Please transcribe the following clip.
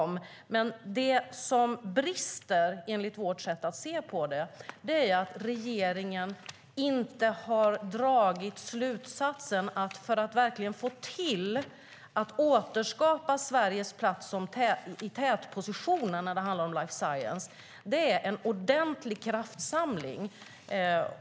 Men det som brister, enligt vårt sätt att se på det, är att regeringen inte har dragit slutsatsen att det som krävs för att verkligen återskapa Sveriges plats i tätpositionen när det handlar om life science är en ordentlig kraftsamling.